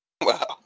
Wow